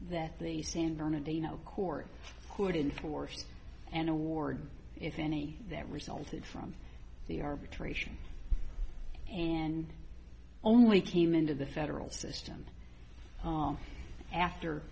that the san bernardino court could enforce an award if any that resulted from the arbitration and only came into the federal system after